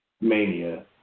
Mania